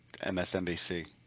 MSNBC